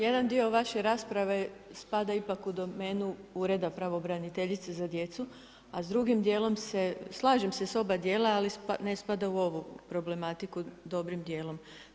Jedan dio vaše rasprave spada ipak u domenu ureda pravobraniteljice za djecu, a s drugim djelom se, slažem se s oba djela, ali ne spada u ovu problematiku dobrim djelom.